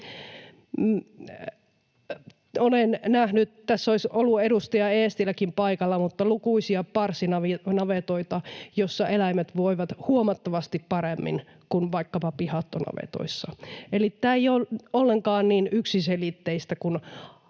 Olen nähnyt — tässä olisi ollut edustaja Eestiläkin paikalla — lukuisia parsinavetoita, jossa eläimet voivat huomattavasti paremmin kuin vaikkapa pihattonavetoissa, eli tämä ei ole ollenkaan niin yksiselitteistä kuin